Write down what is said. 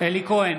אלי כהן,